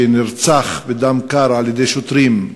שנרצח בדם קר על-ידי שוטרים,